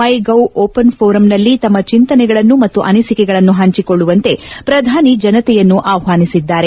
ಮೈ gov open ಫೋರಂನಲ್ಲಿ ತಮ್ಮ ಚಿಂತನೆಗಳನ್ನು ಮತ್ತು ಅನಿಸಿಕೆಗಳನ್ನು ಪಂಚಕೊಳ್ಳುವಂತೆ ಪ್ರಧಾನಿ ಜನತೆಯನ್ನು ಆಹ್ವಾನಿಸಿದ್ದಾರೆ